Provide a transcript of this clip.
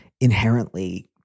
inherently